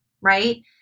right